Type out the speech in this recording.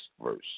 verse